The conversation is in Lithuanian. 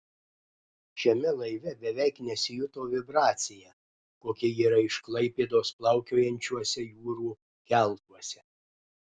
šiame laive beveik nesijuto vibracija kokia yra iš klaipėdos plaukiojančiuose jūrų keltuose